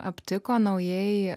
aptiko naujieji